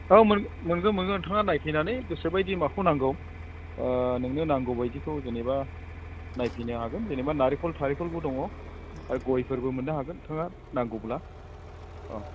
औ मोनगोन मोनगोन नोंथाङा नायफैनानै गोसो बायदि माखौ नांगौ नोंनो नांगौ बायदिखौ जेनेबा नायफैनो हागोन जेनेबा नारेंखल थारेंखलबो दङ आरो गयफोरबो मोननो हागोन नोंथाङा नांगौब्ला औ